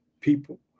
people